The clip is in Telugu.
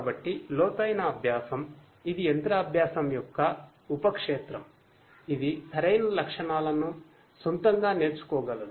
కాబట్టి లోతైన అభ్యాసం ఇది మెషిన్ లెర్నింగ్ యొక్క ఉపక్షేత్రం ఇది సరైన లక్షణాలను సొంతంగా నేర్చుకోగలదు